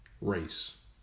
race